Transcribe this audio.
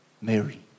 Mary